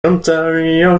ontario